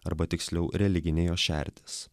arba tiksliau religinė jo šerdis